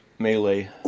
Melee